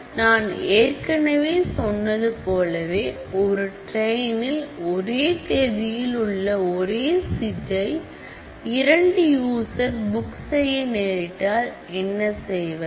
நான் ஏற்கனவே சொன்னது போலவே ஒரு ட்ரெயினில் ஒரு தேதியில் உள்ள ஒரே சீட்டை இரண்டு யூஸஸ் புக் செய்ய நேரிட்டால் என்ன செய்வது